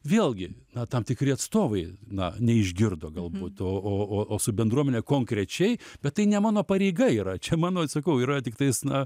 vėlgi na tam tikri atstovai na neišgirdo galbūt o o o o su bendruomene konkrečiai bet tai ne mano pareiga yra čia mano atsakau yra tiktais na